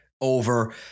over